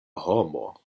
homo